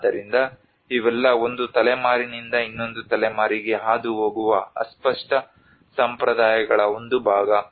ಆದ್ದರಿಂದ ಇವೆಲ್ಲ ಒಂದು ತಲೆಮಾರಿನಿಂದ ಇನ್ನೊಂದು ತಲೆಮಾರಿಗೆ ಹಾದು ಹೋಗುವ ಅಸ್ಪಷ್ಟ ಸಂಪ್ರದಾಯಗಳ ಒಂದು ಭಾಗ